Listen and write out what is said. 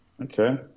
Okay